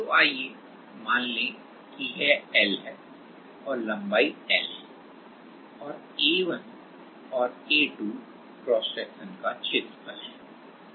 तो आइए मान लें कि यह l है और l लंबाई है और A1 और A2 क्रॉस सेक्शन का क्षेत्रफल है